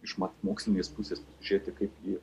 iš mat mokslinės pusės žiūrėti kaip gi